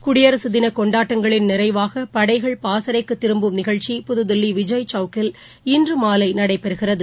குடியரசுதின கொண்டாட்டங்களின் நிறைவாக படைகள் பாசறைக்கு திரும்பும் நிகழ்ச்சி புதுதில்லி விஜய் சவுக்கில் இன்று மாலை நடைபெறுகிறது